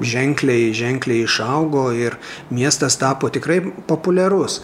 ženkliai ženkliai išaugo ir miestas tapo tikrai populiarus